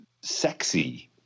sexy